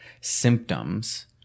symptoms